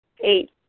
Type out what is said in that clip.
eight